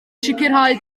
sicrhau